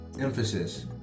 emphasis